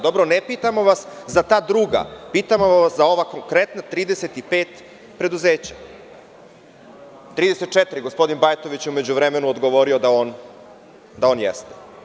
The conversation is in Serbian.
Dobro, ne pitamo vas za ta druga, pitamo vas za ova konkretna 35 preduzeća, odnosno 34, jer je gospodin Bajatović u međuvremenu odgovorio da on jeste.